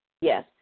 Yes